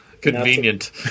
Convenient